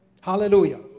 Hallelujah